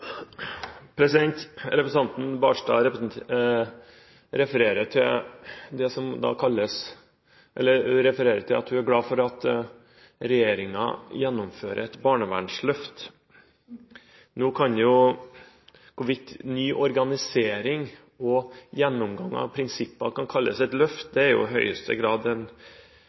fattigkasse. Representanten Knutson Barstad sier at hun er glad for at regjeringen gjennomfører et barnevernsløft. Hvorvidt ny organisering og gjennomgang av prinsipper kan kalles et løft, er i høyeste grad en